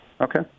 Okay